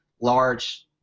large